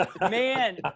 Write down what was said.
man